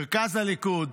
מרכז הליכוד,